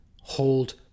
Hold